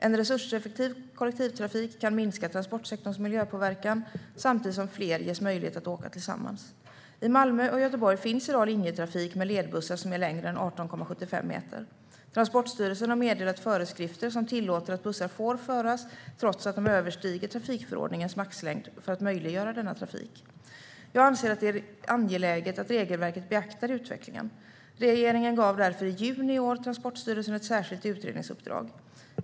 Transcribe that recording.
En resurseffektiv kollektivtrafik kan minska transportsektorns miljöpåverkan samtidigt som fler ges möjlighet att åka tillsammans. I Malmö och Göteborg finns i dag linjetrafik med ledbussar som är längre än 18,75 meter. Transportstyrelsen har meddelat föreskrifter som tillåter att bussar får föras trots att de överstiger trafikförordningens maxlängd för att möjliggöra denna trafik. Jag anser att det är angeläget att regelverket beaktar utvecklingen. Regeringen gav därför i juni i år Transportstyrelsen ett särskilt utredningsuppdrag.